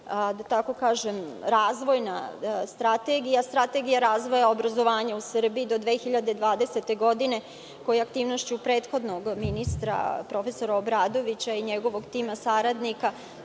jedna jako bitna razvojna strategija – Strategija razvoja obrazovanja u Srbiji do 2020. godine, koja je aktivnošću prethodnog ministra prof. Obradovića i njegovog tima saradnika